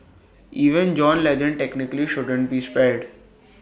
even John Legend technically shouldn't be spared